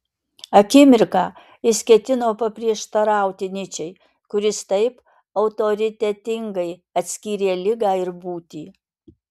akimirką jis ketino paprieštarauti nyčei kuris taip autoritetingai atskyrė ligą ir būtį